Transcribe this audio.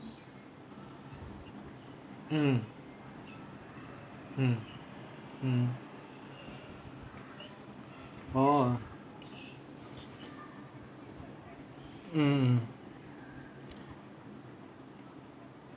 mm mm mm oh mm mm mm